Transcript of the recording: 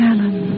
Alan